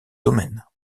domaines